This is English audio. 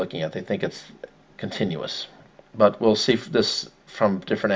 looking at they think it's continuous but we'll see if this from different